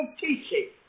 teaching